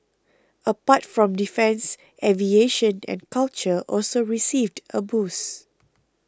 apart from defence aviation and culture also received a boost